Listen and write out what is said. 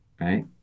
right